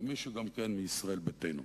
או מישהו גם כן מישראל ביתנו.